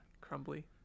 crumbly